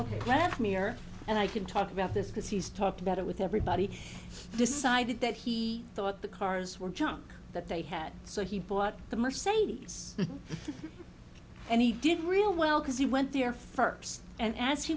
and i can talk about this because he's talked about it with everybody decided that he thought the cars were junk that they had so he bought the mercedes and he did real well because he went there first and a